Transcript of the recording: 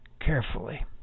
carefully